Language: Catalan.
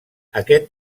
aquest